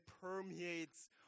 permeates